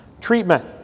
Treatment